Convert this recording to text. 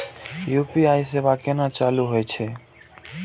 UPI सेवा केना चालू है छै?